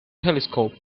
telescope